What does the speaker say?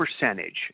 percentage